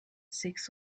six